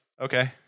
Okay